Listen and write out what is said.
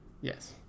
Yes